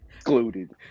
Excluded